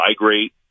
migrate